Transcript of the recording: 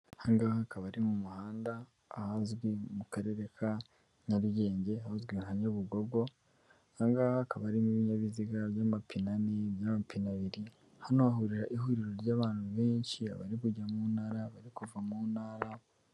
Aha ngaha akaba ari mu muhanda ahazwi mu karere ka Nyarugenge ahazwi nka Nyabugogo aha ngaha akaba harimo ibinyabiziga by'amapine ane by'amapine abiri hano hahurira ihuriro ry'abantu benshi abari kujya mu ntara bari kuva mu ntara.